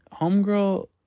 homegirl